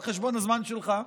על חשבון הזמן שלך.